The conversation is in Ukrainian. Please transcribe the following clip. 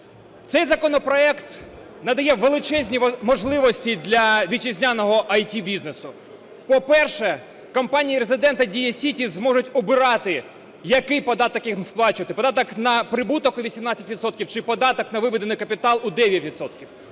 Цей законопроект надає величезні можливості для вітчизняного ІТ-бізнесу. По-перше, компанії-резиденти "Дія Сіті" зможуть обирати, який податок їм сплачувати – податок на прибуток у 18 відсотків чи податок на виведений капітал у 9